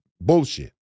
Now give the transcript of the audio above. bullshit